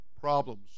problems